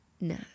no